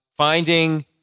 Finding